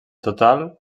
total